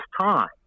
time